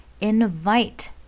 invite